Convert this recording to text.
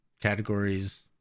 categories